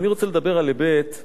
מנהיגותי בנקודה הזאת.